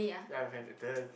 ya my friend the